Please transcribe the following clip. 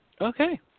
Okay